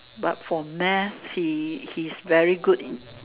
but for math he he is very good in